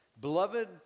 Beloved